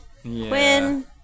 Quinn